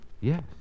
Yes